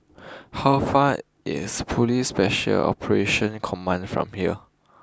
how far is police special Operations Command from here